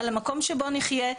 על המקום שבו נחיה,